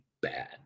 bad